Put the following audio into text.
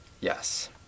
Yes